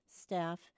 staff